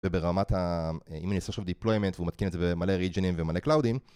וברמת ה... אם אני עושה שוב deployment והוא מתקין את זה במלא ריג'ינים ומלא קלאודים